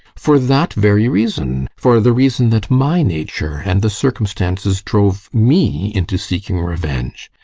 for that very reason for the reason that my nature and the circumstances drove me into seeking revenge.